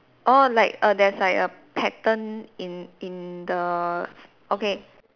oh like err there's like a pattern in in the okay